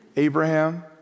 Abraham